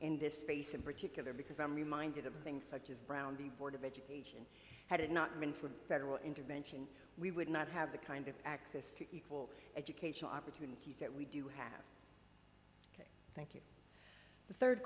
in this space in particular because i'm reminded of the things such as brown v board of education had it not been for federal intervention we would not have the kind of access to equal educational opportunities that we do have thank you the third